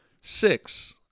Six